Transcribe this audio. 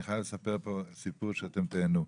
אני חייב לספר פה סיפור שאתם תיהנו.